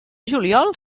juliol